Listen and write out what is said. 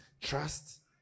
Trust